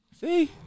See